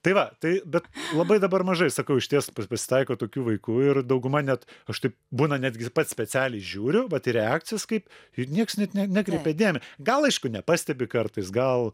tai va tai bet labai dabar mažai sakau išties pas pasitaiko tokių vaikų ir dauguma net aš taip būna netgi pats specialiai žiūriu vat į reakcijas kaip ir nieks net ne nekreipia dėme gal aišku nepastebi kartais gal